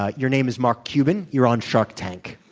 ah your name is mark cuban. you're on shark tank.